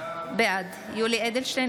בעד יולי יואל אדלשטיין,